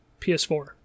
PS4